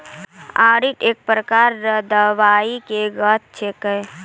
अरारोट एक प्रकार रो दवाइ के गाछ छिके